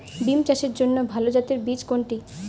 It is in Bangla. বিম চাষের জন্য ভালো জাতের বীজ কোনটি?